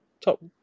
top